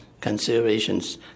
considerations